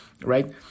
Right